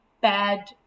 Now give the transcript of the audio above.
bad